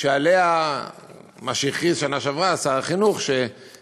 מה שהכריז שר החינוך בשנה שעברה,